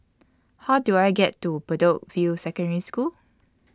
How Do I get to Bedok View Secondary School